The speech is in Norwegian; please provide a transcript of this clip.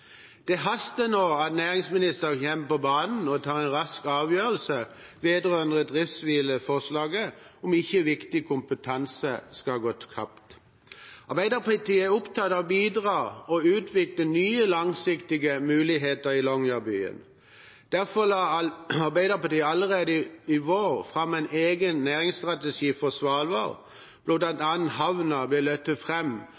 Det haster nå at næringsministeren kommer på banen og tar en rask avgjørelse vedrørende driftshvileforslaget, om ikke viktig kompetanse skal gå tapt. Arbeiderpartiet er opptatt av å bidra og å utvikle nye langsiktige muligheter i Longyearbyen. Derfor la Arbeiderpartiet allerede i vår fram en egen næringsstrategi for Svalbard, hvor bl.a. havnen ble løftet